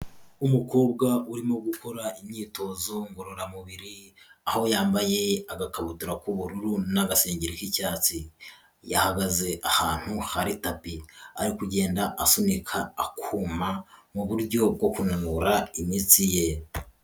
Umukobwa urimo gukora imyitozo ngororamubiri aho yambaye agakabutura k'ubururu n'agasengeri k'icyatsi, yahagaze ahantu hari tapi ari kugenda asunika akuma mu buryo bwo kunanura imitsi ye.